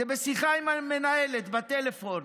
זה בשיחה עם המנהלת בטלפון.